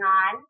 on